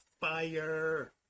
fire